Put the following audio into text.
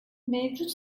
mevcut